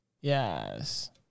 yes